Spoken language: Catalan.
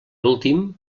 últim